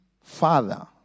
father